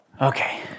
Okay